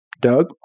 doug